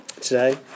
today